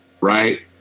right